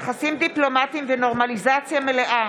יחסים דיפלומטיים ונורמליזציה מלאה